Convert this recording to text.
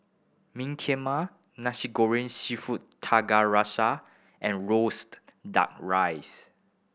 meen mak Nasi Goreng Seafood Tiga Rasa and roaste Duck Rice